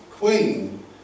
Queen